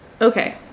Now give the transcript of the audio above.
Okay